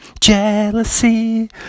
Jealousy